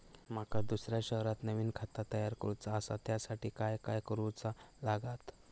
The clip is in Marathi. माका दुसऱ्या शहरात नवीन खाता तयार करूचा असा त्याच्यासाठी काय काय करू चा लागात?